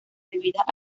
bebidas